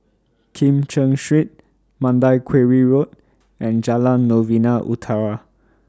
Kim Cheng Street Mandai Quarry Road and Jalan Novena Utara